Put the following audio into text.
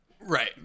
right